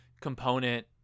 component